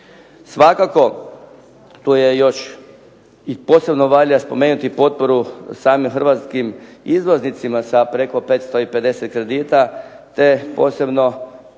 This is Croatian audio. Svakako, to je još i posebno valja spomenuti potporu samim hrvatskim izvoznicima sa preko 550 kredita, te posebno